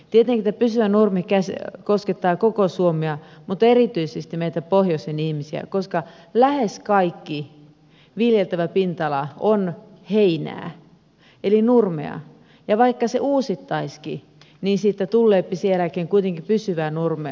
tietenkin tämä pysyvä nurmi koskettaa koko suomea mutta erityisesti meitä pohjoisen ihmisiä koska lähes kaikki viljeltävä pinta ala on heinää eli nurmea ja vaikka se uusittaisiinkin niin siitä tulleepi sen jälkeen kuitenkin pysyvää nurmea